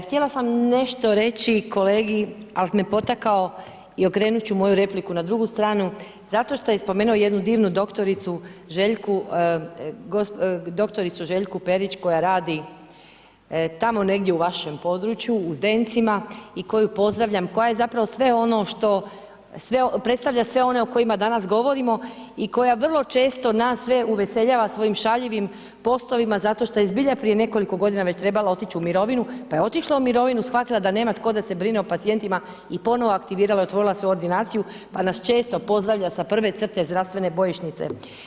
Htjela sam nešto reći kolegi ali me potakao i okrenut ću moju repliku na drugu stranu zato što je spomenuo jednu divnu doktoricu Željku Perić koja radi tamo negdje u vašem području u Zdencima i koju pozdravljam, koja je zapravo sve ono što, predstavlja sve one o kojima danas govorimo i koja vrlo često nas sve uveseljava svojim šaljivim postovima zato što je zbilja prije nekoliko godina već trebala otići u mirovinu, pa je otišla u mirovinu, shvatila da nema tko da se brine o pacijentima i ponovo aktivirala i otvorila svoju ordinaciju, pa nas često pozdravlja sa prve crte zdravstvene bojišnice.